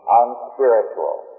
unspiritual